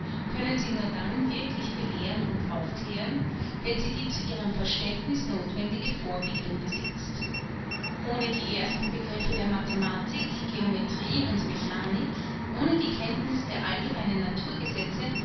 können sie nur dann wirklich belehren und aufklären wenn sie die zu ihrem verständniß nothwendige vorbildung besitzt ohne die ersten begriffe der mathematik geometrie und mechanik ohne die kenntniß der allgemeinen naturgesetze